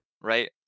right